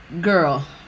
Girl